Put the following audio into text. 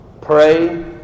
pray